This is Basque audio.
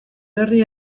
herri